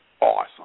awesome